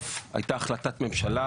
בסוף הייתה החלטת ממשלה,